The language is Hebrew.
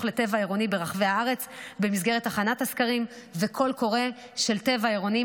לטבע עירוני ברחבי הארץ במסגרת הכנת הסקרים וקול קורא של טבע עירוני,